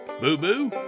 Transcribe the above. Boo-Boo